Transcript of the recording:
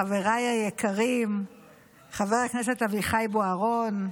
חבריי היקרים חבר הכנסת אביחי בוארון,